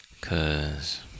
Cause